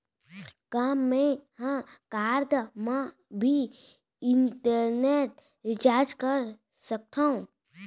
का मैं ह कारड मा भी इंटरनेट रिचार्ज कर सकथो